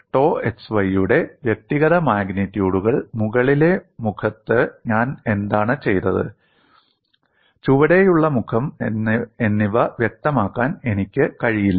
to xyയുടെ വ്യക്തിഗത മാഗ്നിറ്റ്യൂഡുകൾ മുകളിലെ മുഖത്ത് ഞാൻ എന്താണ് ചെയ്തത് ചുവടെയുള്ള മുഖം എന്നിവ വ്യക്തമാക്കാൻ എനിക്ക് കഴിയില്ല